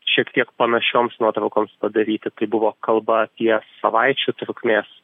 šiek tiek panašioms nuotraukoms padaryti tai buvo kalba apie savaičių trukmės